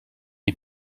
ich